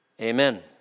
Amen